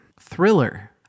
Thriller